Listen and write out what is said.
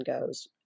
goes